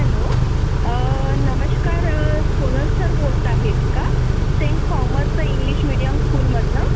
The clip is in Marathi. हॅलो नमस्कार सोनल सर बोलत आहेत का सेंट थॉमस इंग्लिश मीडियम स्कूलमधनं